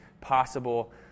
possible